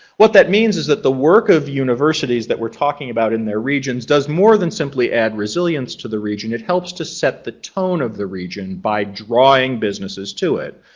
what that means is that the work of universities that we're talking about in their regions does more than simply add resilience to the region, it helps to set the tone of the region by drawing businesses to it.